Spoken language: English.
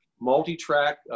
multi-track